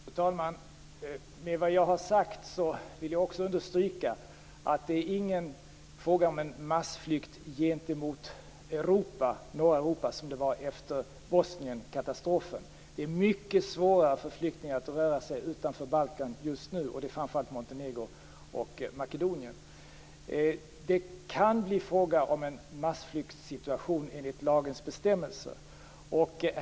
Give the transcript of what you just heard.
Fru talman! Med vad jag har sagt vill jag understryka att det inte är fråga om någon massflykt gentemot norra Europa som efter Bosnienkatastrofen. Det är mycket svårare för flyktingar att röra sig utanför Balkan just nu, det är framför allt i Montenegro och Makedonien. Men det kan bli fråga om massflykt enligt lagens bestämmelser.